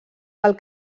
del